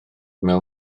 mewn